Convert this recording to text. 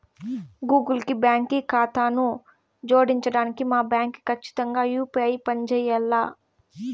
Google కి బాంకీ కాతాను జోడించడానికి మా బాంకీ కచ్చితంగా యూ.పీ.ఐ పంజేయాల్ల